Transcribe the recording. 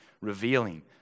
revealing